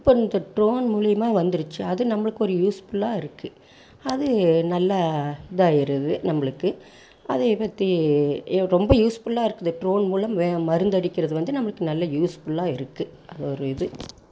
இப்போ இந்த ட்ரோன் மூலிமா வந்துடுச்சி அது நம்மளுக்கு ஒரு யூஸ்புல்லாக இருக்குது அது நல்லா இதாக இருக்குது நம்மளுக்கு அதை பற்றி ரொம்ப யூஸ்புல்லாக இருக்குது ட்ரோன் மூலம் மருந்து அடிக்கிறது வந்து நம்மளுக்கு நல்ல யூஸ்புல்லாக இருக்குது அது ஒரு இது